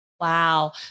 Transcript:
Wow